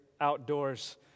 outdoors